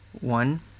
One